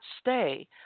stay